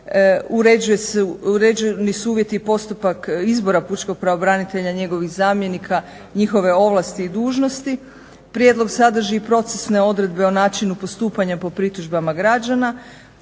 Uređeni su uvjeti, postupka izbora pučkog pravobranitelja i njegovih zamjenika, njihove ovlasti i dužnosti. Prijedlog sadrži i procesne odredbe o načinu postupanja po pritužbama građana.